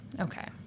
Okay